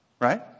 Right